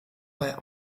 bei